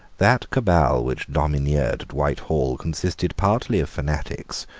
that cabal which domineered at whitehall consisted partly of fanatics,